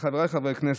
ולחבריי חברי הכנסת,